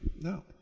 No